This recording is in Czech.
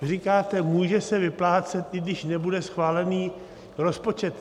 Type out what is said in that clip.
Vy říkáte, může se vyplácet, i když nebude schválený rozpočet.